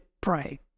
pray